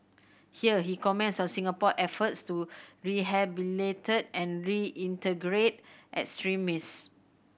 here he comments on Singapore efforts to rehabilitate and reintegrate extremists